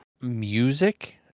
music